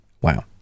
Wow